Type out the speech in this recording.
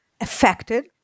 affected